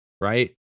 right